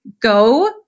go